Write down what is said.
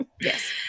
Yes